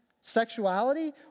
sexuality